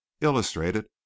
illustrated